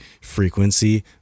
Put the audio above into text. frequency